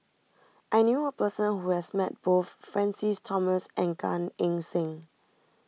I knew a person who has met both Francis Thomas and Gan Eng Seng